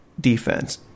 defense